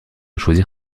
choisir